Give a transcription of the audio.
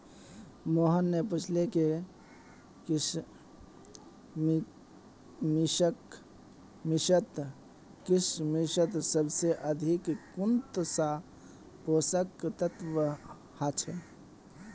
मोहन ने पूछले कि किशमिशत सबसे अधिक कुंन सा पोषक तत्व ह छे